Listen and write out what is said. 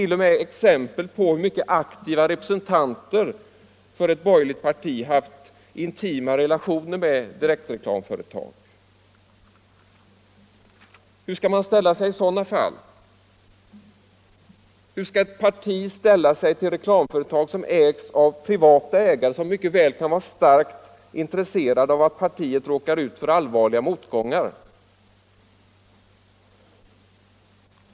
0. m. exempel på att mycket aktiva representanter för ett borgerligt parti haft intima relationer med direktreklamföretag. Hur skall man ställa sig i sådana fall? Hur skall ett parti ställa sig till reklamföretag som ägs av privatpersoner, som mycket väl kan vara starkt intresserade av att partiet råkar ut för allvarliga motgångar?